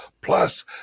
Plus